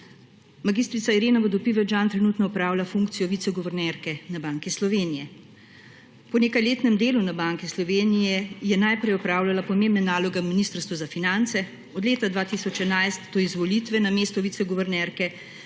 Mag. Irena Vodopivec Jean trenutno opravlja funkcijo viceguvernerke na Banki Slovenije. Po nekajletnem delu na Banki Sloveniji je najprej opravljala pomembne naloge Ministrstva za finance, od leta 2011 do izvolitve na mesto viceguvernerke